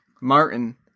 Martin